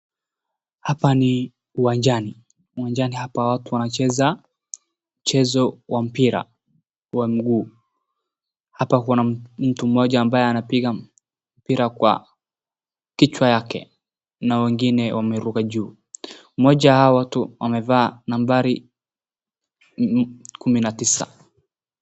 Hapa ni uwanjani. Uwanjani hapa watu wanacheza mchezo wa mpira wa mguu. Hapa kuna mtu mmoja ambaye anapiga mpira kwa kichwa yake na wengine wameruka juu. Mmoja wa hawa watu amevaa nambari kumi na tisa.